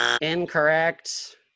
Incorrect